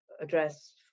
address